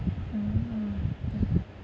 mm